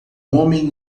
homem